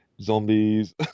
zombies